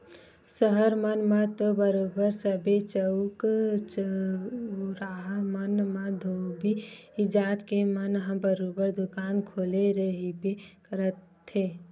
सहर मन म तो बरोबर सबे चउक चउराहा मन म धोबी जात के मन ह बरोबर दुकान खोले रहिबे करथे